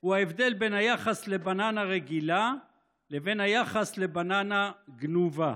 הוא ההבדל בין היחס לבננה רגילה לבין היחס לבננה גנובה.